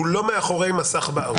אחורנית יש הבדל.